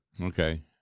Okay